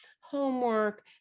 homework